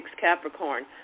Capricorn